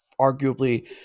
Arguably